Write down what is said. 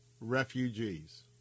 refugees